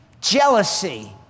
jealousy